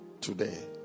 Today